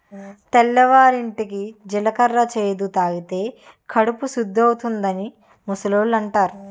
తెల్లవారింటికి జీలకర్ర చేదు తాగితే కడుపు సుద్దవుతాదని ముసలోళ్ళు అంతారు